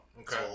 Okay